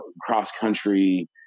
cross-country